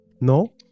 No